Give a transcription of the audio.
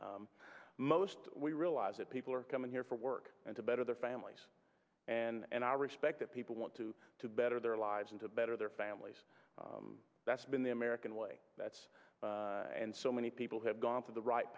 bill most we realize that people are coming here for work and to better their families and i respect that people want to better their lives and to better their families that's been the american way that's and so many people have gone to the right